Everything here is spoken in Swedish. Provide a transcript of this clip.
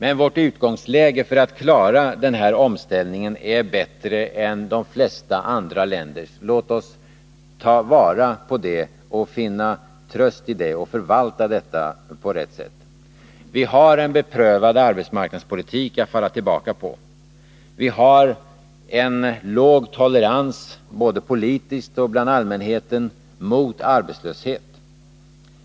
Men vårt utgångsläge för att klara denna omställning är bättre än de flesta andra länders. Låt oss ta vara på det, finna tröst i det och förvalta det på rätt sätt. Vi har en beprövad arbetsmarknadspolitik att falla tillbaka på. Vi har en låg tolerans både politiskt och bland allmänheten mot arbetslöshet.